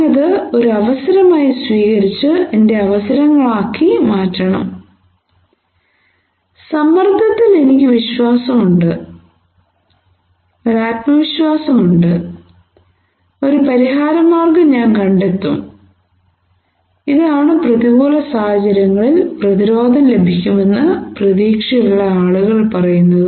ഞാനത് ഒരു അവസരമായി സ്വീകരിച്ച് എന്റെ അവസരങ്ങളാക്കി മാറ്റണം സമ്മർദത്തിൽ എനിക്ക് ആത്മവിശ്വാസമുണ്ട് ഒരു പരിഹാരമാർഗ്ഗം ഞാൻ കണ്ടെത്തും ഇതാണ് പ്രതികൂല സാഹചര്യങ്ങളിൽ പ്രതിരോധം ലഭിക്കുമെന്ന് പ്രതീക്ഷയുള്ള ആളുകൾ പറയുന്നത്